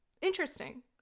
Interesting